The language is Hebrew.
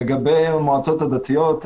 לגבי המועצות הדתיות,